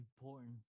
important